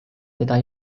teda